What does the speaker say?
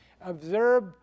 observe